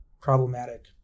problematic